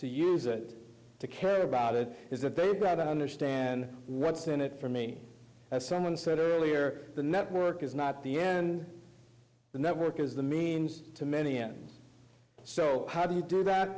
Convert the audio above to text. to use it to care about it is that they understand what's in it for me as someone said earlier the network is not the end the network is the means to many and so how do you do that